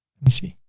me see.